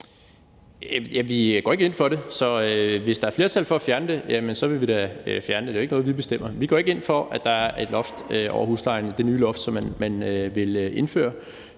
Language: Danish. vi går ikke ind for det, så hvis der er flertal for at fjerne det, vil vi da fjerne det. Det er ikke noget, vi bestemmer. Vi går ikke ind for, at der er et loft over huslejen – det nye loft, som man vil indføre